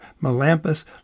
melampus